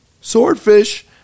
Swordfish